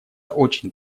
очень